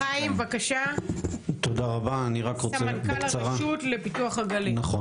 חיים, סמנכ"ל הרשות לפיתוח הגליל, בבקשה.